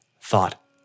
thought